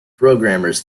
programmers